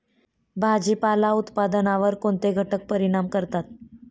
भाजीपाला उत्पादनावर कोणते घटक परिणाम करतात?